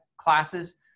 classes